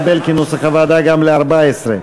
52 התקבל כנוסח הוועדה גם ל-2014.